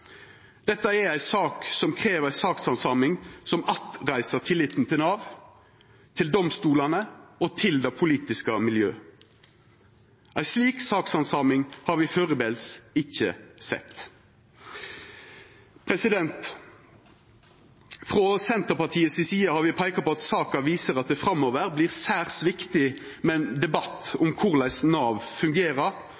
Dette er ei sak som krev ei sakshandsaming som attreiser tilliten til Nav, til domstolane og til det politiske miljøet. Ei slik sakshandsaming har me førebels ikkje sett. Frå Senterpartiet si side har me peika på at saka viser at det framover vert særs viktig med ein debatt